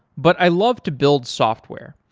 but i love to build software.